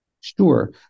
Sure